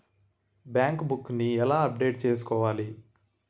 Bank book నీ ఎలా update చేసుకోవాలి?